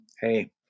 Hey